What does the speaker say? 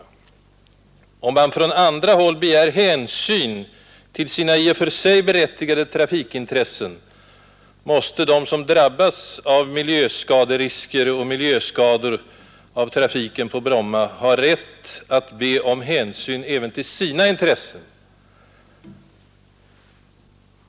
Om man från andra håll begär hänsyn till sina i och för sig berättigade trafikintressen, måste de som drabbas av miljöskaderisker och miljöskador genom trafiken på Bromma ha rätt att be om hänsyn för sina intressen.